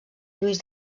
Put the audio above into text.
lluís